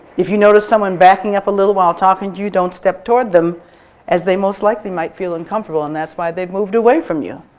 if you notice someone backing up a little while talking to you, don't step toward them as they most likely might feel uncomfortable and that's why they've moved away from you.